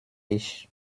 ich